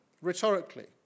rhetorically